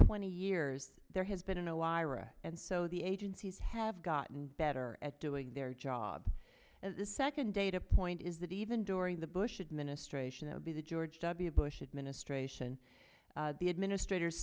twenty years there has been no lyra and so the agencies have gotten better at doing their job and the second data point is that even during the bush administration it will be the george w bush administration the administrators